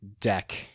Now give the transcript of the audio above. deck